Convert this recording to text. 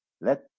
Let